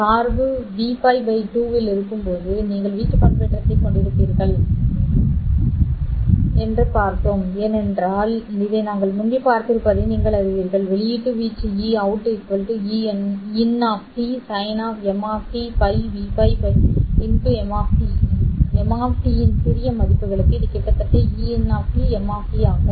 சார்பு Vл 2 இல் இருக்கும்போது நீங்கள் வீச்சு பண்பேற்றத்தைக் கொண்டிருப்பீர்கள் என்று பார்த்தோம் ஏனென்றால் இதை நாங்கள் முன்பே பார்த்திருப்பதை நீங்கள் அறிவீர்கள் வெளியீட்டு வீச்சு Eout Ein sin m π V π m இன் சிறிய மதிப்புகளுக்கு இது கிட்டத்தட்ட Ein m is ஆகும் வி